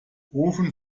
ofen